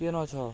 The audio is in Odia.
କେନ୍ ଅଛ